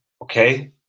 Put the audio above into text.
Okay